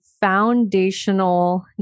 foundational